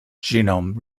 genomes